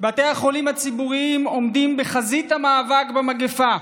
בתי החולים הציבורים עומדים בחזית המאבק במגפה,